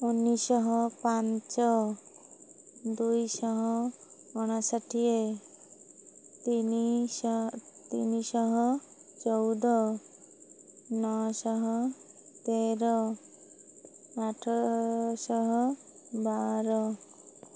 ଉଣିଶି ଶହ ପାଞ୍ଚ ଦୁଇଶହ ଅଣଷଠି ତିନିଶହ ତିନିଶହ ଚଉଦ ନଅଶହ ତେର ଆଠଶହ ବାର